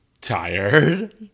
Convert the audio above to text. tired